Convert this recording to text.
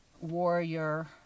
warrior